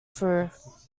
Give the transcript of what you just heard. through